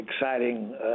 exciting